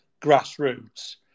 grassroots